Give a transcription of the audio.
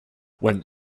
when